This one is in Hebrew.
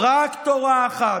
יש לנו רק תורה אחת.